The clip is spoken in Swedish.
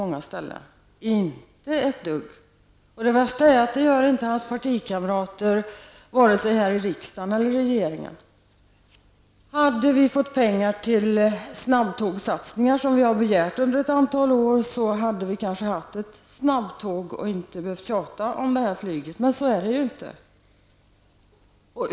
Inte ett dugg. Det värsta är att det gör inte heller hans partikamrater vare sig här i riksdagen eller i regeringen. Hade vi fått pengar till de snabbtågssatsningar som vi begärt under ett antal år, skulle vi kanske haft ett snabbtåg och inte behövt tjata om flyget. Men så är det inte.